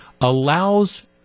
allows